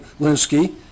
Linsky